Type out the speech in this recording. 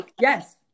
yes